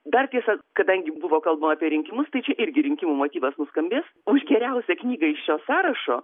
dar tiesa kadangi buvo kalbama apie rinkimus tai čia irgi rinkimų motyvas nuskambės už geriausią knygą iš šio sąrašo